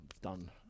done